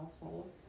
household